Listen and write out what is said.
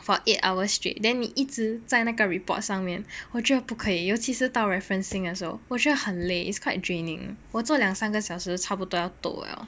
for eight hours straight then 你一直在那个 report 上面我觉的不可以尤其是到 referencing 的时候我觉得很累 is quite draining 我做两三个小时差不多要头了